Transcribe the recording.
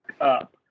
up